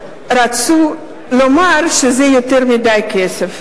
רצו לומר שזה יותר מדי כסף.